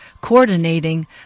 coordinating